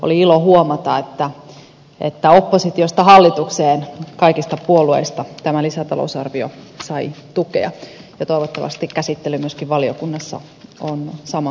oli ilo huomata että kaikista puolueista oppositiosta hallitukseen tämä lisätalousarvio sai tukea ja toivottavasti käsittely myöskin valiokunnassa on samankaltaista